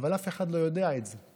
אבל אף אחד לא יודע את זה.